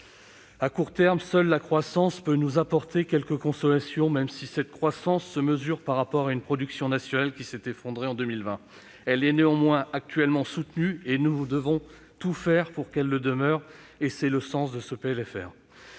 À court terme, seule la croissance peut nous apporter quelques consolations, même si elle se mesure par rapport à une production nationale qui s'est effondrée en 2020. Néanmoins, elle est actuellement soutenue, et nous devons tout faire pour qu'elle le demeure. C'est le sens de ce PLFR.